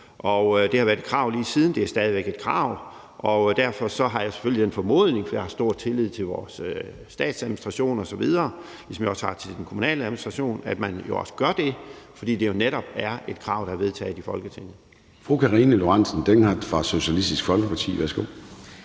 og det har været et krav lige siden. Det er stadig væk et krav, og jeg har selvfølgelig den formodning, for jeg har stor tillid til vores statsadministration og kommunale administration, at man også gør det, fordi det jo netop er et krav, der er vedtaget i Folketinget. Kl. 16:30 Formanden (Søren Gade): Fru Karina Lorentzen Dehnhardt fra Socialistisk Folkeparti. Værsgo.